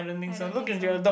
I don't think so